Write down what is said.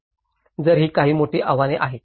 तर ही काही मोठी आव्हाने आहेत